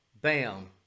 bam